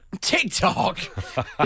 TikTok